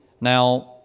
Now